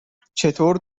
چطور